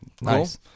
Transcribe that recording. nice